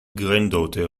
granddaughter